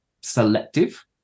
selective